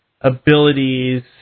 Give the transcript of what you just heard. abilities